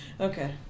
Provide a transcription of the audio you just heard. okay